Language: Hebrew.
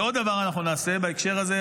ועוד דבר אנחנו נעשה בהקשר הזה,